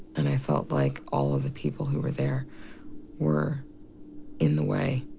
and i felt like all ah the people who were there were in the way,